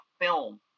film